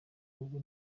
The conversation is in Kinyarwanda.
ubu